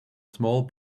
small